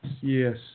Yes